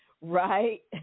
right